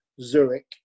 Zurich